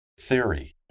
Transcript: theory